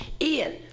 Ian